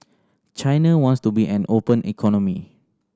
China wants to be an open economy